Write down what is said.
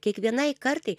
kiekvienai kartai